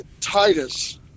Titus